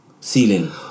ceiling